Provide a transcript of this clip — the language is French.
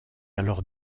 alors